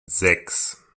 sechs